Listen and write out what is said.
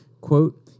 Quote